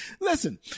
Listen